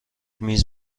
میز